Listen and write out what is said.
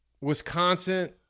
Wisconsin